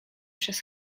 przez